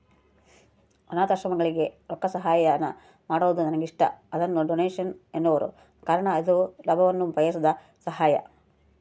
ಅನಾಥಾಶ್ರಮಗಳಿಗೆ ರೊಕ್ಕಸಹಾಯಾನ ಮಾಡೊದು ನನಗಿಷ್ಟ, ಅದನ್ನ ಡೊನೇಷನ್ ಎನ್ನುವರು ಕಾರಣ ಇದು ಲಾಭವನ್ನ ಬಯಸದ ಸಹಾಯ